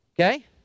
Okay